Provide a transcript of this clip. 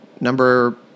Number